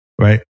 right